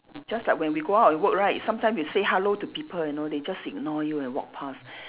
just like when we go out and work right sometimes you say hello to people you know they just ignore you and walk past